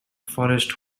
forest